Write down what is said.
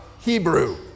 Hebrew